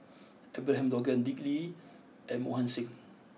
Abraham Logan Dick Lee and Mohan Singh